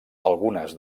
algunes